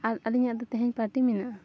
ᱟᱨ ᱟᱹᱞᱤᱧᱟᱜ ᱫᱚ ᱛᱮᱦᱮᱧ ᱯᱟᱨᱴᱤ ᱢᱮᱱᱟᱜᱼᱟ